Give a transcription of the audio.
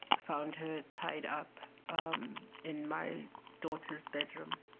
found her tied up um in my daughter's bedroom